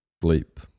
Sleep